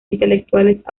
intelectuales